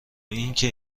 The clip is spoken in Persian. اینکه